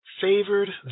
favored